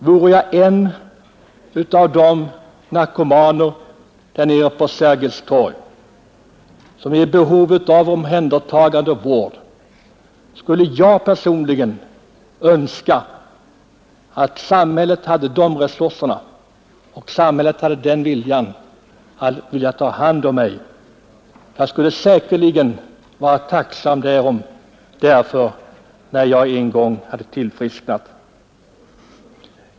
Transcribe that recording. Vore jag en av de narkomaner där nere på Sergels torg som är i behov av omhändertagande och vård skulle jag personligen önska att samhället hade resurser och vilja att ta hand om mig. Jag skulle säkerligen vara tacksam därför, när jag en gång hade tillfrisknat.